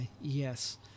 yes